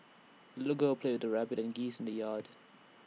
the little girl played with her rabbit and geese in the yard